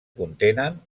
contenen